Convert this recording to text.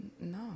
No